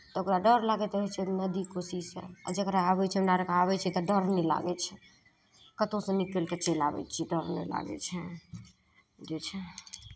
तऽ ओकरा डर लागैत रहै छै नदी कोसीसँ आ जकरा आबै छै हमरा आरके आबै छै तऽ डर नहि लागै छै कतहुसँ नीकलि कऽ चलि आबै छियै डर नहि लागै छै जे छै